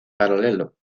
paralelo